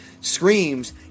screams